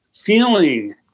feeling